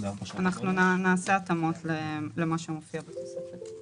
אנחנו נעשה התאמות למה שמופיע בתוספת.